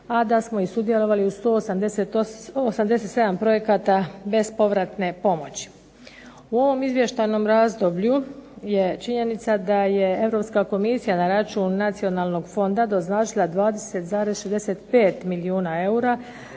a da smo sudjelovali u 187 projekata bespovratne pomoći. U ovom izvještajnom razdoblju je činjenica da je Europska komisija na račun Nacionalnog fonda doznačila 20,65 milijuna eura